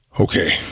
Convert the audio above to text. Okay